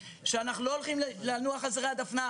שאנחנו לא הולכים לנוח על זרי הדפנה,